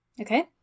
Okay